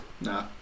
No